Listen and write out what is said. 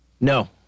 No